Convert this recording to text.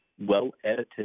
well-edited